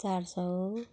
चार सय